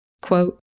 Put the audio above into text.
Quote